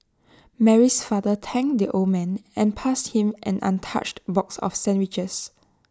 Mary's father thanked the old man and passed him an untouched box of sandwiches